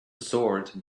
sword